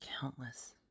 countless